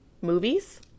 movies